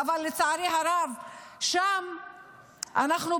אבל לצערי הרב שם אנחנו,